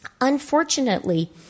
Unfortunately